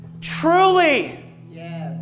truly